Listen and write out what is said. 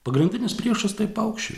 pagrindinis priešas tai paukščiai